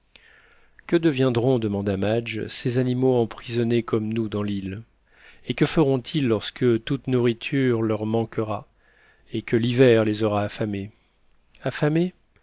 que deviendront demanda madge ces animaux emprisonnés comme nous dans l'île et que feront-ils lorsque toute nourriture leur manquera et que l'hiver les aura affamés affamés